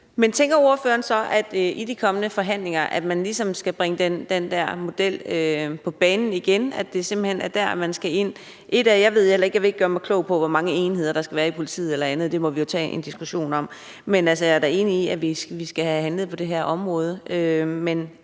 Men tænker ordføreren så, at man i de kommende forhandlinger ligesom skal bringe den der model på banen igen, altså at det simpelt hen er der, man skal ind? Jeg vil ikke gøre mig klog på, hvor mange enheder der skal være i politiet eller andet – det må vi jo tage en diskussion om – men jeg er da enig i, at vi skal have handlet på det her område. Men